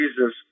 Jesus